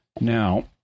Now